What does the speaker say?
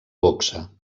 boxa